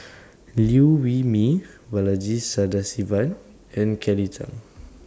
Liew Wee Mee Balaji Sadasivan and Kelly Tang